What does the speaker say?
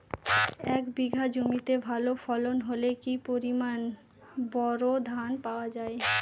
এক বিঘা জমিতে ভালো ফলন হলে কি পরিমাণ বোরো ধান পাওয়া যায়?